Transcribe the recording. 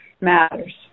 matters